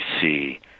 see